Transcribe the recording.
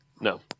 No